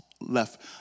left